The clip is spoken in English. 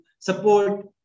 support